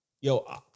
yo